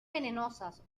venenosas